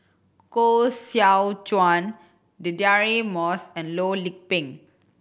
Koh Seow Chuan Deirdre Moss and Loh Lik Peng